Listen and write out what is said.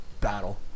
battle